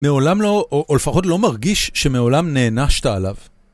מעולם לא, או לפחות לא מרגיש, שמעולם נענשת עליו.